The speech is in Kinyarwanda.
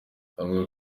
avuga